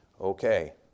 Okay